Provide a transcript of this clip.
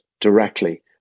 directly